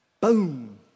Boom